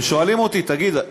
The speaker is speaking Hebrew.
הם שואלים אותי: תגיד,